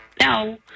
no